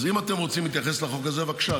אז אם אתם רוצים להתייחס לחוק הזה, בבקשה.